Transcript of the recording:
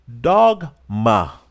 dogma